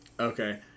Okay